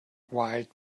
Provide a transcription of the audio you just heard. wild